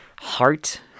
heart